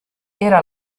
era